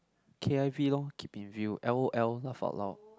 k_i_v lor keep in view l_o_l laugh out loud